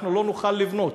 אנחנו לא נוכל לבנות.